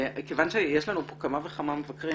כיוון שיש לנו כאן כמה וכמה מבקרים,